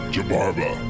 Jabarba